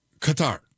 Qatar